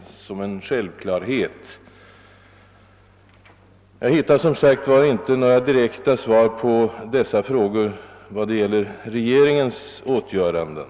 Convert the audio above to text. Jag finner som sagt inte i svaret några direkta besked i dessa frågor i vad gäller regeringens åtgöranden.